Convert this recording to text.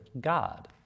God